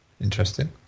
Interesting